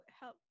help